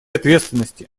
ответственности